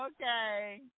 okay